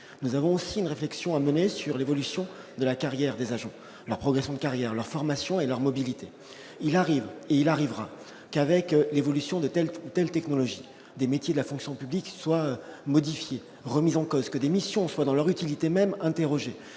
nous avons aussi une réflexion à mener sur l'évolution de la carrière des agents leur progression de carrière, leur formation et leur mobilité, il arrive, il arrivera qu'avec l'évolution de telle ou telle technologie des métiers de la fonction publique soit modifié, remise en cause que l'émission soit dans leur utilité même interrogé